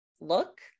look